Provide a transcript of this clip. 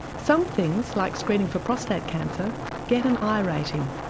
some things like screening for prostate cancer get an i rating.